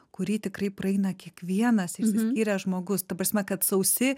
kurį tikrai praeina kiekvienas išsiskyręs žmogus ta prasme kad sausi